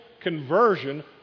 conversion